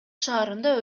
шаарында